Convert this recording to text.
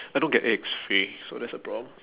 I don't get eggs free so that's the problem